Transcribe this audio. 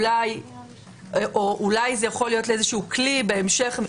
אולי זה יכול להיות איזה כלי בהמשך.